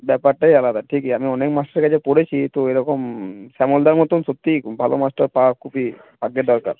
ব্যাপারটাই আলাদা ঠিকই আমি অনেক মাস্টারের কাছে পড়েছি তো এরকম শ্যামলদার মতোন সত্যিই ভালো মাস্টার পাওয়া খুবই ভাগ্যের দরকার